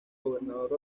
gobernador